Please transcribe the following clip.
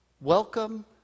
Welcome